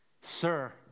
Sir